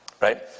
right